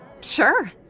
Sure